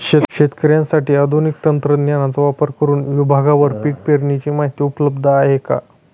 शेतकऱ्यांसाठी आधुनिक तंत्रज्ञानाचा वापर करुन विभागवार पीक पेरणीची माहिती उपलब्ध आहे का?